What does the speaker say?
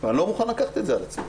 ואני לא מוכן לקחת את זה על עצמי.